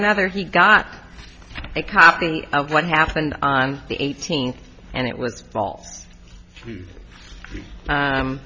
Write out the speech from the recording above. another he got a copy of what happened on the eighteenth and